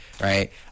right